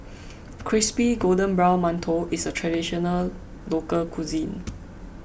Crispy Golden Brown Mantou is a Traditional Local Cuisine